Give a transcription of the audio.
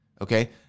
okay